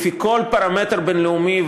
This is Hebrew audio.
לפי כל פרמטר בין-לאומי,